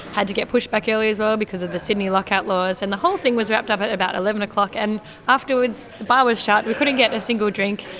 had to get pushed back earlier as well because of the sydney lockout laws, and the whole thing was wrapped up at about eleven o'clock. and afterwards the bar was shut, we couldn't get a single drink,